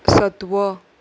सत्व